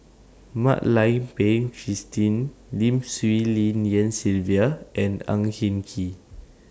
Mak Lai Peng Christine Lim Swee Lian Sylvia and Ang Hin Kee